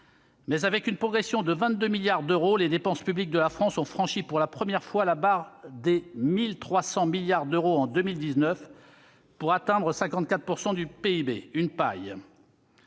Mais, avec une progression de 22 milliards d'euros, les dépenses publiques de la France ont franchi pour la première fois la barre des 1 300 milliards d'euros en 2019, pour atteindre 54 % du PIB. Une paille